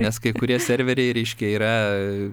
nes kai kurie serveriai reiškia yra